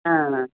हा